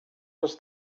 was